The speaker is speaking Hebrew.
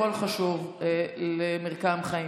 הכול חשוב למרקם חיים.